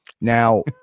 now